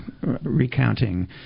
recounting